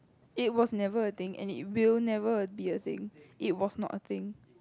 it was never a thing and it will never a be a thing it was not a thing